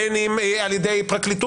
בין אם על ידי פרקליטות,